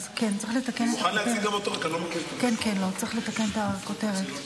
כן, צריך לתקן את הכותרת.